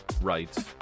rights